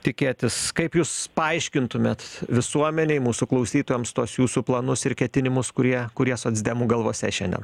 tikėtis kaip jūs paaiškintumėt visuomenei mūsų klausytojams tuos jūsų planus ir ketinimus kurie kurie socdemų galvose šiandien